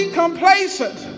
complacent